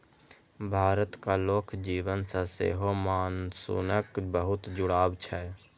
भारतक लोक जीवन सं सेहो मानसूनक बहुत जुड़ाव छै